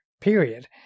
period